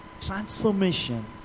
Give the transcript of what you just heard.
transformation